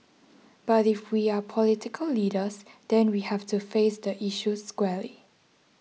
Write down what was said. but if we are political leaders then we have to face the issue squarely